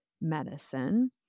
medicine